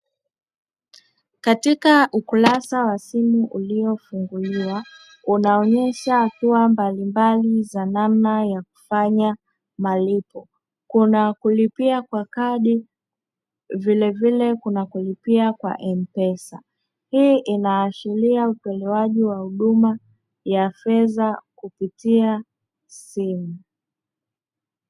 Katika ukurasa wa simu uliofunguliwa unaonyesha hatua mbalimbali za namna ya kufanya malipo. Kuna kulipia kwa kadi vilevile kuna kulipia kwa "M-Pesa". Hii inaashiria utolewaji wa huduma za fedha kupitia simu.